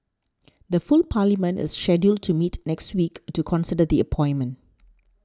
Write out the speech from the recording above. the full parliament is scheduled to meet next week to consider the appointment